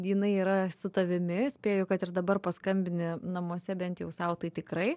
jinai yra su tavimi spėju kad ir dabar paskambini namuose bent jau sau tai tikrai